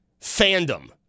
fandom